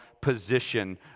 position